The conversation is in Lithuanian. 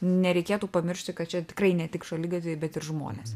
nereikėtų pamiršti kad čia tikrai ne tik šaligatviai bet ir žmonės